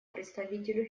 представителю